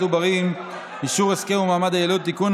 עוברים (אישור הסכם ומעמד היילוד) (תיקון,